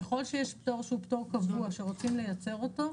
ככל שיש פטור שהוא פטור קבוע שרוצים לייצר אותו,